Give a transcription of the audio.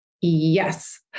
yes